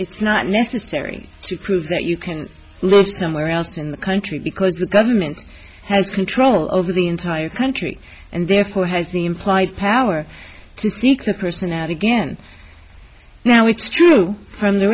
it's not necessary to prove that you can live somewhere else in the country because the government has control over the entire country and therefore has the implied power to seek the person out again now it's true from the